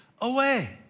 away